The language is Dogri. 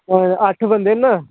अट्ठ बंदे ना